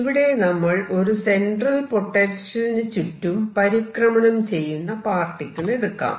ഇവിടെ നമ്മൾ ഒരു സെൻട്രൽ പൊട്ടൻഷ്യലിന് ചുറ്റും പരിക്രമണം ചെയ്യുന്ന പാർട്ടിക്കിൾ എടുക്കാം